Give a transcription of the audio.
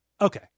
Okay